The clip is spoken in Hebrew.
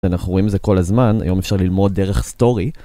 אנחנו רואים את זה כל הזמן, היום אפשר ללמוד דרך סטורי.